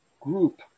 group